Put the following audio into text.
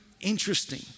interesting